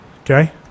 okay